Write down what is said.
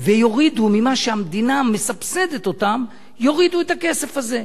ויורידו ממה שהמדינה מסבסדת אותם את הכסף הזה?